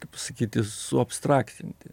kaip pasakyti suabstraktinti